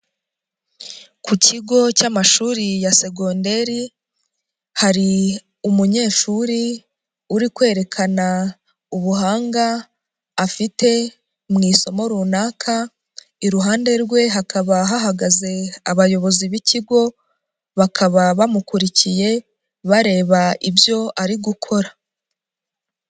Ku kigo cy'amashuri ya segonderi hari umunyeshuri uri kwerekana ubuhanga afite mu isomo runaka, iruhande rwe hakaba hahagaze abayobozi b'ikigo, bakaba bamukurikiye bareba ibyo ari gukora.